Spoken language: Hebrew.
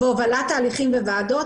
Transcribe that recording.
והובלת תהליכים בוועדות.